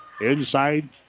inside